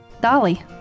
Dolly